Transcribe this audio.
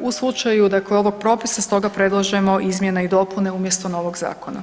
u slučaju ovog propisa stoga predlažemo izmjene i dopune umjesto novog zakona.